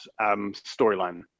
storyline